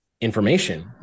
information